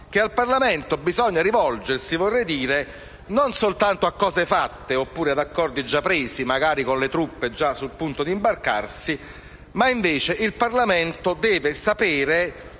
al Parlamento bisogna rivolgersi non soltanto a cose fatte o ad accordi già presi, magari con le truppe sul punto di imbarcarsi, ma il Parlamento deve sapere